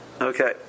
Okay